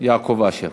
יעקב אשר,